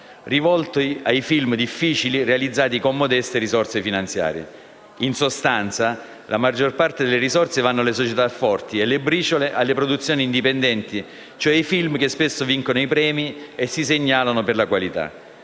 rivolti ai film difficili realizzati con modeste risorse finanziarie. In sostanza, la maggior parte delle risorse vanno alle società forti e le briciole alle produzioni indipendenti, e cioè ai film che spesso vincono i premi e si segnalano per la qualità.